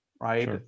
right